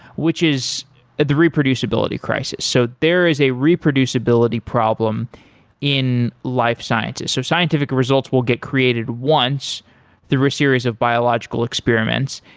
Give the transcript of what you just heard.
which is the reproducibility crisis. so there is a reproducibility problem in life sciences. so scientific results will get created once through a series of biological experiments.